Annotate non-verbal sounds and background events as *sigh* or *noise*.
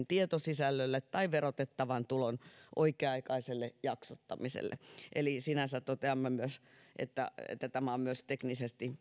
*unintelligible* tietosisällölle tai verotettavan tulon oikea aikaiselle jaksottamiselle eli sinänsä toteamme että että tämä on myös teknisesti